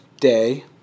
day